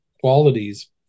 qualities